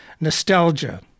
Nostalgia